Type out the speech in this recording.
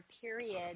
period